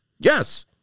Yes